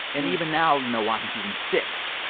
and even now, you know, watching season six,